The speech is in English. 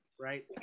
Right